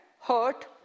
hurt